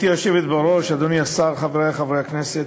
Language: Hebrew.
גברתי היושבת בראש, אדוני השר, חברי חברי הכנסת,